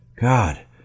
God